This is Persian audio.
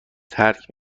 ترک